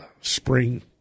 Spring